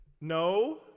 No